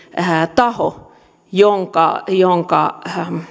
taho jonka jonka